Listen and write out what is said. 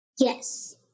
Yes